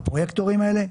הפרויקטורים האלה.